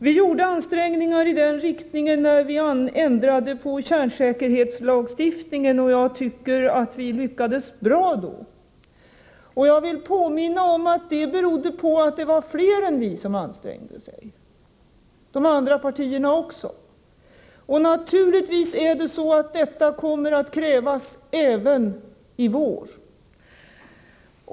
Vi gjorde ansträngningar i den riktningen när vi ändrade på kärnsäkerhetslagstiftningen, och jag tycker att vi lyckades bra. Jag vill påminna om att det berodde på att det var fler än vi som ansträngde sig. Även de andra partierna gjorde det. Och detta kommer att krävas även i vår.